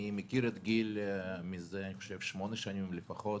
אני מכיר את גיל מעבודה משותפת מזה שמונה שנים לפחות.